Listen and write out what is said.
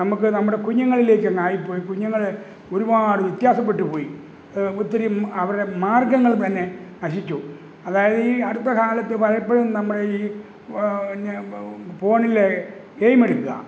നമുക്ക് നമ്മുടെ കുഞ്ഞുങ്ങളിലേക്കങ്ങായിപ്പോയി കുഞ്ഞുങ്ങൾ ഒരുപാട് വ്യത്യാസപ്പെട്ടുപോയി ഒത്തിരി അവരുടെ മാർഗ്ഗങ്ങൾ തന്നെ നശിച്ചു അതായത് ഈ അടുത്തകാലത്ത് പലപ്പോഴും നമ്മുടെയീ ന മ ഫോണിൽ ഗെയിം എടുക്കുക